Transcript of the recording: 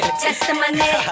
testimony